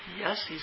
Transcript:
yes